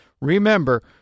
Remember